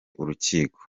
urukiko